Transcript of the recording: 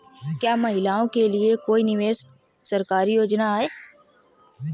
क्या महिलाओं के लिए कोई विशेष सरकारी योजना है?